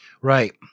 Right